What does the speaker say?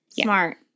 Smart